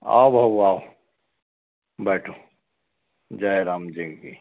आओ भाऊ आओ बैठो जय राम जी की